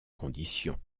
conditions